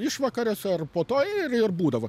išvakarėse ar po to ir ir būdavo